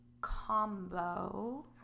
combo